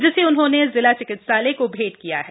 जिसे उन्होंने जिला चिकित्सालय को भेंट किया है